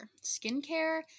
Skincare